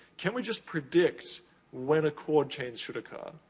can't we just predict when a chord change should occur?